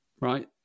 right